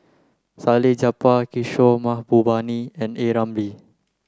Salleh Japar Kishore Mahbubani and A Ramli